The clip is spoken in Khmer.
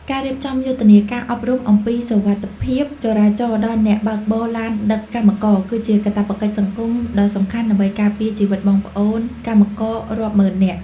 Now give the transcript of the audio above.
ការរៀបចំយុទ្ធនាការអប់រំអំពីសុវត្ថិភាពចរាចរណ៍ដល់អ្នកបើកបរឡានដឹកកម្មករ គឺជាកាតព្វកិច្ចសង្គមដ៏សំខាន់ដើម្បីការពារជីវិតបងប្អូនកម្មកររាប់ម៉ឺននាក់។